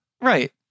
Right